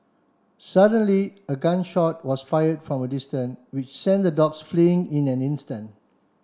suddenly a gun shot was fired from a distance which sent the dogs fleeing in an instant